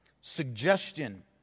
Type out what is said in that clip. suggestion